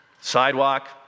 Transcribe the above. Sidewalk